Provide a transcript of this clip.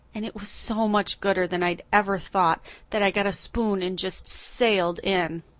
and it was so much gooder than i'd ever thought that i got a spoon and just sailed in.